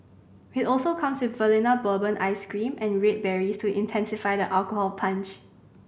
it also comes with Vanilla Bourbon ice cream and red berries to intensify the alcohol punch